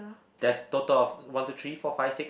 there's total of one two three four fix six